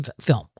film